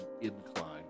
incline